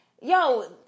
yo